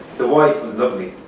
the wife was lovely.